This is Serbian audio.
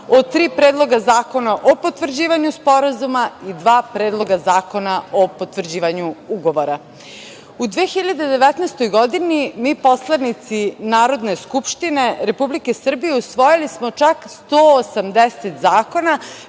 o tri predloga zakona o potvrđivanju sporazuma i dva predloga zakona o potvrđivanju ugovora.U 2019. godini mi, poslanici Narodne skupštine Republike Srbije, smo usvojili čak 180 zakona,